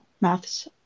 maths